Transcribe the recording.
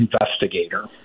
investigator